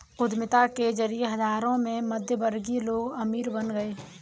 उद्यमिता के जरिए हजारों मध्यमवर्गीय लोग अमीर बन गए